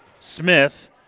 Smith